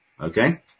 okay